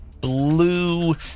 blue